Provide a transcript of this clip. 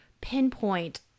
pinpoint